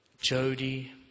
Jody